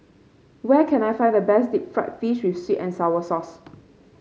where can I find the best Deep Fried Fish with sweet and sour sauce